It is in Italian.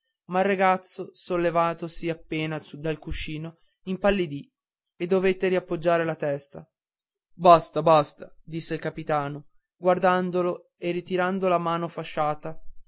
ma il ragazzo sollevatosi appena dal cuscino impallidì e dovette riappoggiare la testa basta basta disse il capitano guardandolo e ritirando la mano fasciata